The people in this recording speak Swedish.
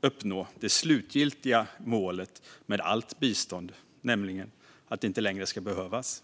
uppnå det slutgiltiga målet för allt bistånd, nämligen att det inte längre ska behövas.